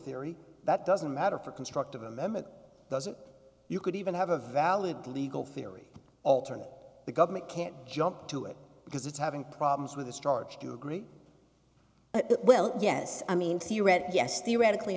theory that doesn't matter for constructive in them it doesn't you could even have a valid legal theory alternate the government can't jump to it because it's having problems with the storage do you agree well yes i mean theoretically yes theoretically